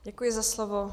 Děkuji za slovo.